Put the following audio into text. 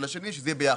שיהיה ביחד.